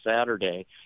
Saturday